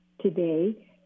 today